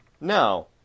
No